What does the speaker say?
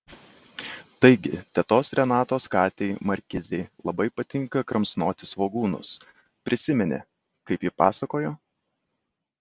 taigi tetos renatos katei markizei labai patinka kramsnoti svogūnus prisimeni kaip ji pasakojo